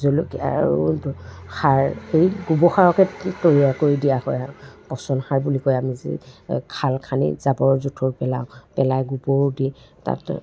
জলকীয়াৰো সাৰ গোবৰ সাৰকে তৈয়াৰ কৰি দিয়া হয় আৰু পচন সাৰ বুলি কয় যি আমি খাল খানি জাবৰ জোঁথৰ পেলাওঁ পেলাই গোবৰো দি তাতে